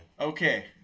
Okay